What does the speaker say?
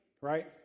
right